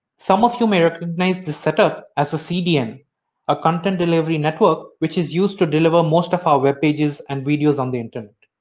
some of you may recognize this setup as a cdn a content delivery network which is used to deliver most of our web pages and videos on the internet.